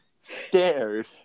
scared